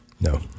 no